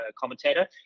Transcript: commentator